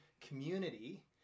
community